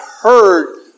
heard